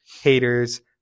haters